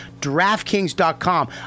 DraftKings.com